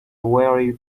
very